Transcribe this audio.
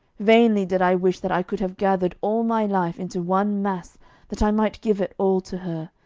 vainly did i wish that i could have gathered all my life into one mass that i might give it all to her,